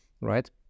right